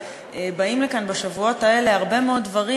באים לכאן בשבועות האלה הרבה מאוד דברים,